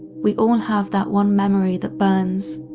we all have that one memory that burns,